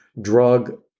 Drug